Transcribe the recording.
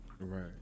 Right